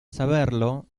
saberlo